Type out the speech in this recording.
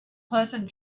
pleasant